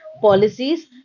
policies